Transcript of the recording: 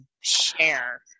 share